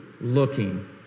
looking